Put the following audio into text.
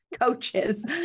coaches